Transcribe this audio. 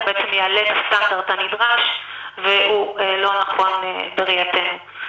הוא בעצם יעלה את הסטנדרט הנדרש והוא לא נכון בראייתנו.